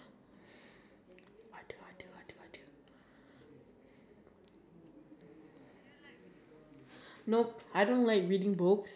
ya it was a try out I don't know I don't think I passed it because they need to run and everything oh they need to do you know the wall sitting kind of squat that kind